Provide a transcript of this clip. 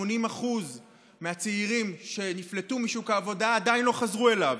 למעלה מ-80% מהצעירים שנפלטו משוק העבודה עדיין לא חזרו אליו.